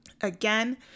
Again